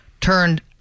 turned